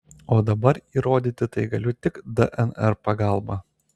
o dabar įrodyti tai galiu tik dnr pagalba